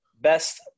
best